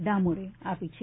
ડામોર આપી છે